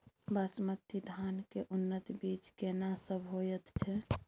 बासमती धान के उन्नत बीज केना सब होयत छै?